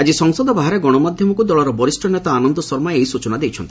ଆଜି ସଂସଦ ବାହାରେ ଗଣମାଧ୍ୟମକୁ ଦଳର ବରିଷ୍ଠ ନେତା ଆନନ୍ଦ ଶର୍ମା ଏହି ସୂଚନା ଦେଇଛନ୍ତି